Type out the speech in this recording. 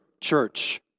church